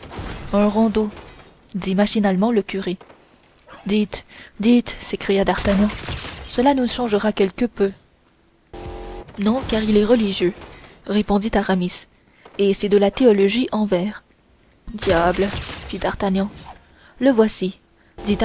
un rondeau dit machinalement le curé dites dites s'écria d'artagnan cela nous changera quelque peu non car il est religieux répondit aramis et c'est de la théologie en vers diable fit d'artagnan le voici